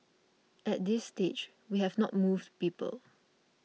at this stage we have not moved people